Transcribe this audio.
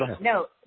no